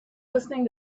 listening